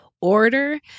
order